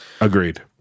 Agreed